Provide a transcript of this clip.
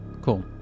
Cool